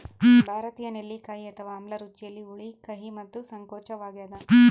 ಭಾರತೀಯ ನೆಲ್ಲಿಕಾಯಿ ಅಥವಾ ಆಮ್ಲ ರುಚಿಯಲ್ಲಿ ಹುಳಿ ಕಹಿ ಮತ್ತು ಸಂಕೋಚವಾಗ್ಯದ